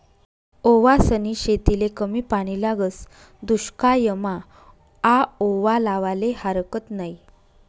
ओवासनी शेतीले कमी पानी लागस, दुश्कायमा आओवा लावाले हारकत नयी